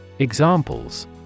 Examples